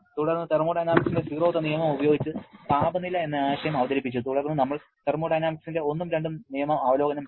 തുടർന്ന് തെർമോഡൈനാമിക്സിന്റെ സീറോത്ത് നിയമം ഉപയോഗിച്ച് താപനില എന്ന ആശയം അവതരിപ്പിച്ചു തുടർന്ന് നമ്മൾ തെർമോഡൈനാമിക്സിന്റെ ഒന്നും രണ്ടും നിയമം അവലോകനം ചെയ്തു